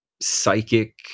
psychic